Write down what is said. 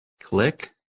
Click